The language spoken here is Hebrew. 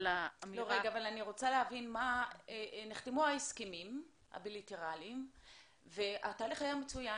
נחתמו ההסכמים הבילטרליים והתהליך היה מצוין,